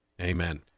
Amen